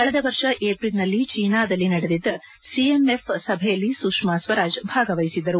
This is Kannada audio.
ಕಳೆದ ವರ್ಷ ಏಪ್ರಿಲ್ನಲ್ಲಿ ಚೀನಾದಲ್ಲಿ ನಡೆದಿದ್ದ ಸಿಎಂಎಫ್ ಸಭೆಯಲ್ಲಿ ಸುಷ್ಮಾ ಸ್ವರಾಜ್ ಭಾಗವಹಿಸಿದ್ದರು